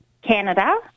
Canada